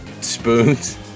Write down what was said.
spoons